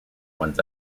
ones